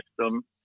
system